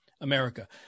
America